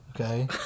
Okay